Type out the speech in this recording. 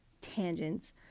tangents